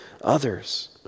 others